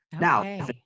Now